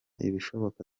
ibishoboka